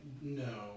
no